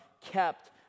kept